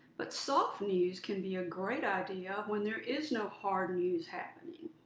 but soft news can be a great idea when there is no hard news happening.